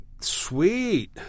Sweet